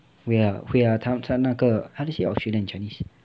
会呀会呀他那个 how to say australia in chinese